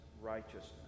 righteousness